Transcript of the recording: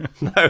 No